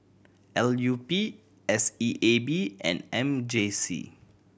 L U P S E A B and M J C